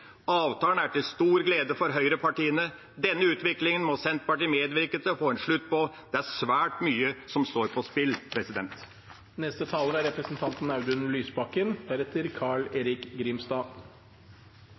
Avtalen er til stor glede for høyrepartiene. Denne utviklingen må Senterpartiet medvirke til å få en slutt på. Svært mye står på spill. Jeg vil takke utenriksministeren for redegjørelsen. Det er